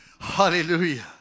Hallelujah